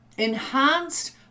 enhanced